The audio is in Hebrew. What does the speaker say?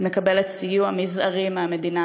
היא מקבלת סיוע מזערי מהמדינה,